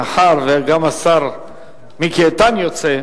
מאחר שגם השר מיקי איתן יוצא,